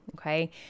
Okay